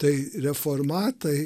tai reformatai